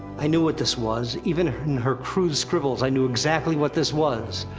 i knew what this was. even in her crude scribbles, i knew exactly what this was.